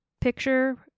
picture